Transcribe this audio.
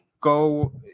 go